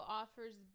offers